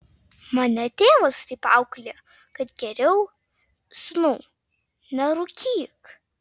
mane tėvas taip auklėjo kad geriau sūnau nerūkyk